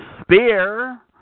spear